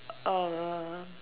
a